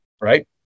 right